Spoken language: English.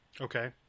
Okay